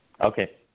Okay